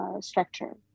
structure